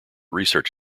research